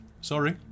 sorry